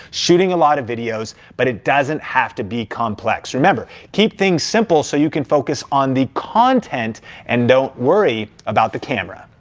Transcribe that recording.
shooting a lot of videos, but it doesn't have to be complex. remember, keep things simple so you can focus on the content and don't worry about the camera.